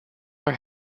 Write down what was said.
are